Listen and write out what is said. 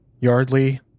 Yardley